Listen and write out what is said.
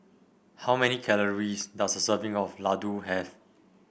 how many calories does a serving of Ladoo have